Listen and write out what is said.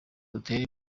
dutera